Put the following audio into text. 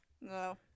No